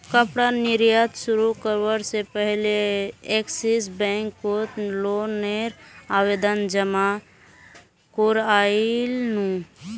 कपड़ा निर्यात शुरू करवा से पहले एक्सिस बैंक कोत लोन नेर आवेदन जमा कोरयांईल नू